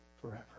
forever